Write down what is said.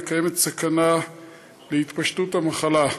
וקיימת סכנה להתפשטות המחלה.